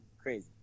crazy